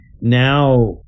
Now